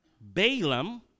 Balaam